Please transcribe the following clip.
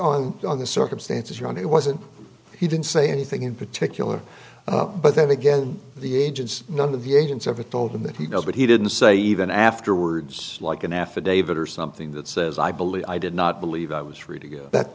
based on the circumstances around it wasn't he didn't say anything in particular but then again the agents none of the agents ever told him that he does but he didn't say even afterwards like an affidavit or something that says i believe i did not believe i was free to go but that